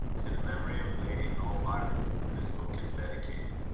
to the memory of lady noel byron, this book is dedicated,